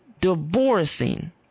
divorcing